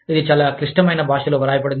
ఇది చాలా క్లిష్టమైన భాషలో వ్రాయబడింది